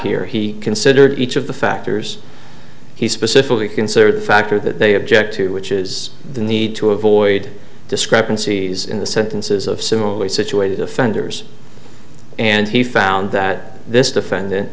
here he considered each of the factors he specifically consider the factor that they object to which is the need to avoid discrepancies in the sentences of similarly situated offenders and he found that this defendant